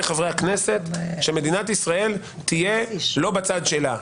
חברי הכנסת שמדינת ישראל תהיה לא בצד שלה,